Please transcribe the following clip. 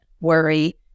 worry